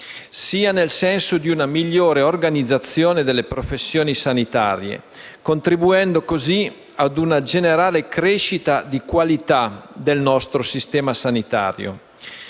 sia nel senso di una migliore organizzazione delle professioni sanitarie, contribuendo così ad una generale crescita di qualità del nostro sistema sanitario.